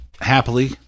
happily